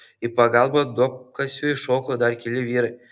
į pagalbą duobkasiui šoko dar keli vyrai